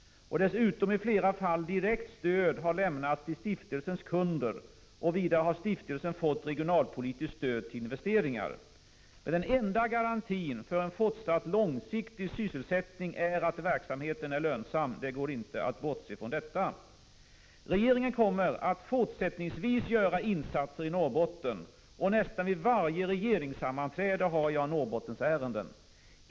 Dessutom har i flera fall direkt stöd lämnats till stiftelsens kunder. Vidare har stiftelsen fått regionalpolitiskt stöd till investeringar. Den enda garantin för en fortsatt långsiktig sysselsättning är att verksamheten är lönsam — det går det inte att bortse från. Regeringen kommer även fortsättningsvis att göra insatser i Norrbotten. Vid nästan varje regeringssammanträde har jag Norrbottensärenden.